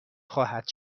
خواهد